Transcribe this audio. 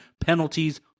Penalties